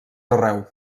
arreu